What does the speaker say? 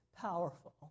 powerful